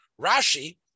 Rashi